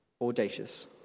audacious